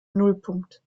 nullpunkt